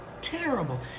terrible